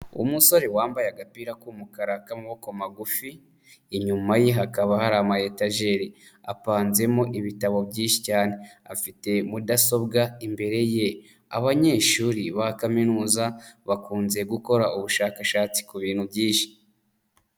Umusore wambaye agapira k'umukara k'amaboko magufi, inyuma ye hakaba hari amayetageri apanzemo ibitabo byinshi cyane, afite mudasobwa imbere ye. Abanyeshuri ba kaminuza bakunze gukora ubushakashatsi ku bintu byinshi.